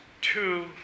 two